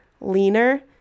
leaner